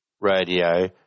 radio